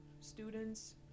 students